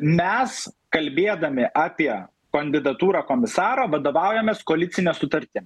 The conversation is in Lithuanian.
mes kalbėdami apie kandidatūrą komisaro vadovaujamės koalicine sutartim